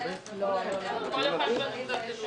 75,000 שקל לכל היותר.